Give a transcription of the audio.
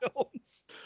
films